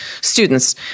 students